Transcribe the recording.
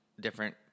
different